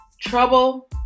Trouble